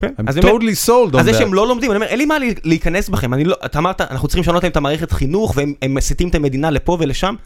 אז זה שהם לא לומדים אני אומר אין לי מה להיכנס בכם אני לא אתה אמרת אנחנו צריכים לשנות לכם את המערכת חינוך והם מסיתים את המדינה לפה ולשם.